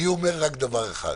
אני אומר רק דבר אחד: